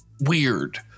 weird